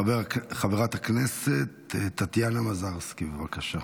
חברת הכנסת טטיאנה מזרסקי, בבקשה.